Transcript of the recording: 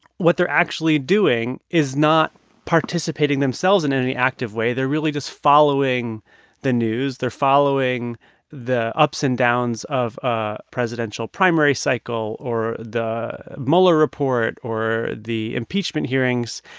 what they're actually doing is not participating themselves in any active way. they're really just following the news. they're following the ups and downs of a presidential primary cycle or the mueller report or the impeachment hearings.